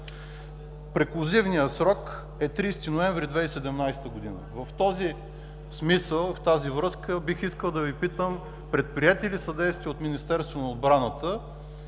Преклузивният срок е 30 ноември 2017 г. В този смисъл, в тази връзка бих искал да Ви питам, предприети ли са действия от Министерство на отбраната